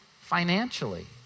financially